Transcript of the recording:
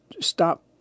stop